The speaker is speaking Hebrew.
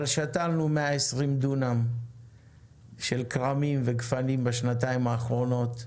אבל שתלנו 120 דונם של כרמים וגפנים בשנתיים האחרונות,